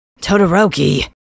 Todoroki